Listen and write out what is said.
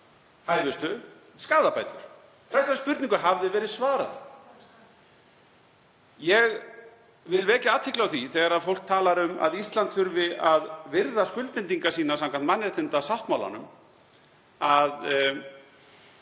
hæfustu, skaðabætur. Þessari spurningu hafði verið svarað. Ég vil vekja athygli á því, þegar fólk talar um að Ísland þurfi að virða skuldbindingar sínar samkvæmt mannréttindasáttmálanum, að